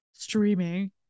streaming